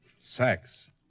Sex